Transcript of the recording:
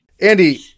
Andy